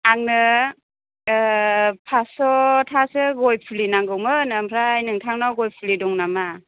आंनो फासस' थासो गय फुलि नांगौमोन ओमफ्राय नोंथांनाव गय फुलि दं नामा